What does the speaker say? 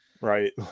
right